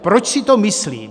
Proč si to myslím?